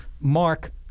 mark